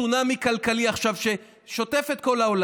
יושב פה מר בנט כשיש עכשיו צונאמי כלכלי ששוטף את כל העולם.